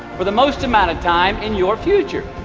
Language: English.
for the most amount of time in your future